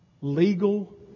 legal